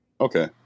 Okay